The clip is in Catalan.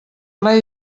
ple